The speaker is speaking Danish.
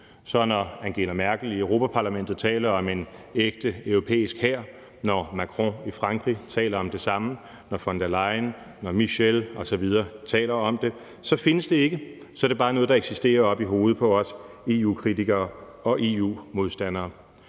Så når Angela Merkel i Europa-Parlamentet taler om en ægte europæisk hær, når Macron i Frankrig taler om det samme, når von der Leyen, når Michel osv. taler om det, så findes det ikke. Så er det bare noget, der eksisterer oppe i hovedet på os EU-kritikere og EU-modstandere.